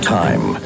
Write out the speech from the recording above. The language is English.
time